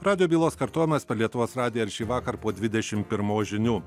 radijo bylos kartojimas per lietuvos radiją ir šįvakar po dvidešim pirmos žinių